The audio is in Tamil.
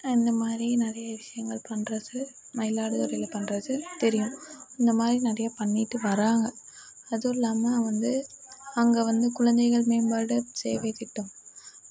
அந்தமாதிரி நிறைய விஷயங்கள் பண்றது மயிலாடுதுறையில் பண்றது தெரியும் இந்தமாதிரி நிறையா பண்ணிட்டு வராங்க அதுவும் இல்லாமல் வந்து அங்கே வந்து குழந்தைகள் மேம்பாடு சேவை திட்டம்